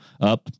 up